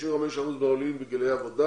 65% מהעולים בגילאי עבודה,